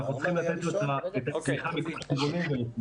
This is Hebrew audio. אנחנו צריכים לתת לו את התמיכה מכל הכיוונים.